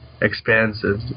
expansive